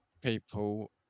people